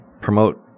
promote